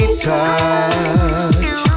Touch